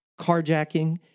carjacking